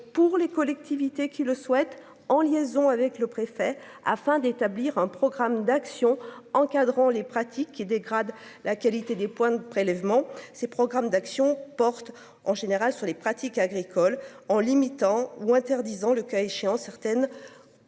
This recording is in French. pour les collectivités qui le souhaitent, en liaison avec le préfet afin d'établir un programme d'action encadrant les pratiques qui dégradent la qualité des points de prélèvement ses programmes d'action. En général, sur les pratiques agricoles en limitant ou interdisant le cas échéant certaines.